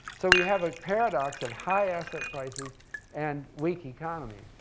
so we have a paradox of high asset prices and weak economy.